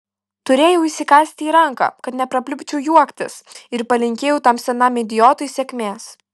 turėjau įsikąsti į ranką kad neprapliupčiau juoktis ir palinkėjau tam senam idiotui sėkmės